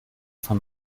von